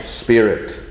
spirit